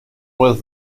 with